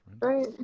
right